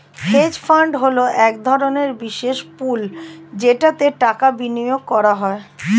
hedge fund হলো এক ধরনের বিশেষ পুল যেটাতে টাকা বিনিয়োগ করা হয়